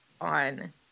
on